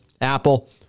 Apple